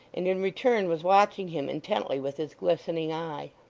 and in return was watching him intently with his glistening eye.